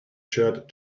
shirt